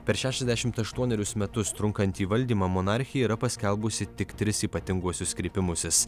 per šešiasdešimt aštuonerius metus trunkantį valdymą monarchija yra paskelbusi tik tris ypatinguosius kreipimusis